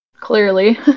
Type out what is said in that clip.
clearly